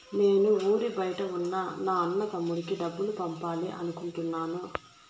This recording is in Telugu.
నేను ఊరి బయట ఉన్న నా అన్న, తమ్ముడికి డబ్బులు పంపాలి అనుకుంటున్నాను